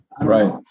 Right